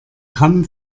kamm